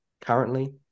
currently